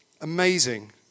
Amazing